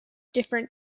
different